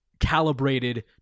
calibrated